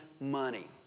money